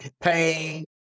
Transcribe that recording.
pain